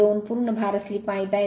2 पूर्ण भार स्लिप माहित आहे